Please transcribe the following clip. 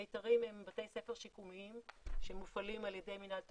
'מיתרים' הם בתי ספר שיקומיים שמופעלים על ידי מינהל תקון.